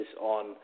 on